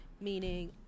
meaning